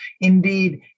Indeed